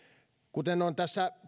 kuten tässä